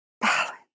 balance